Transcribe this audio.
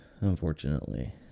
unfortunately